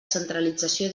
centralització